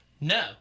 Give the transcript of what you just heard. no